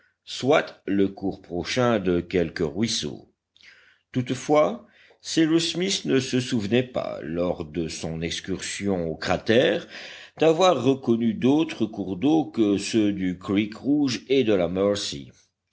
soit le cours prochain de quelque ruisseau toutefois cyrus smith ne se souvenait pas lors de son excursion au cratère d'avoir reconnu d'autre cours d'eau que ceux du creekrouge et de la mercy